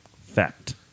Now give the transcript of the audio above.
Fact